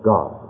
God